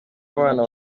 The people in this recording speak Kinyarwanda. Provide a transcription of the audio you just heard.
abana